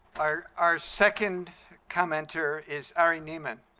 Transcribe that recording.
our our second commenter is ari ne'eman.